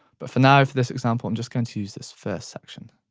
but for now for this example i'm just going to use this first section.